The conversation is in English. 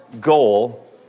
goal